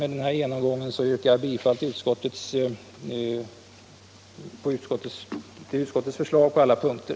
Med den här genomgången yrkar jag bifall till utskottets hemställan på alla punkter.